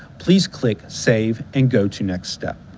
please click save and go to next step.